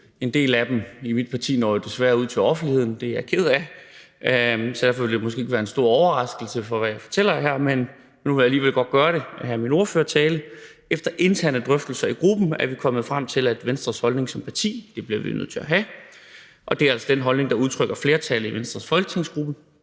drøftelser i mit parti når desværre ud til offentligheden, og det er jeg ked af – og derfor vil det, jeg fortæller her, måske ikke være en stor overraskelse, men nu vil jeg alligevel godt gøre det her i min ordførertale. Efter interne drøftelser i gruppen er vi kommet frem til, at Venstres holdning som parti – den bliver vi nødt til at have, og det er altså den holdning, der udtrykkes af flertallet i Venstres folketingsgruppe